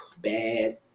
bad